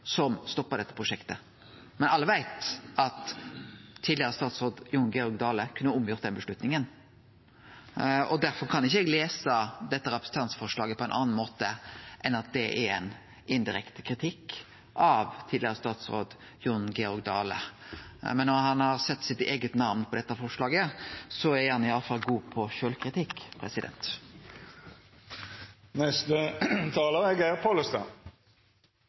som stoppa dette prosjektet. Men alle veit at tidlegare statsråd Jon Georg Dale kunne gjort om på den avgjerda. Derfor kan ikkje eg lese dette representantforslaget på ein annen måte enn at det er ein indirekte kritikk av tidlegare statsråd Jon Georg Dale. Men når han har sett sitt eige namn på dette forslaget, er han i alle fall god på sjølvkritikk. Det vert vel gjerne litt i detaljane når det er